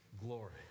glory